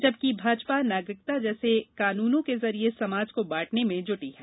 जबकि भाजपा नागरिकता जैसे कानूनों के जरिये समाज को बांटने में जूटी है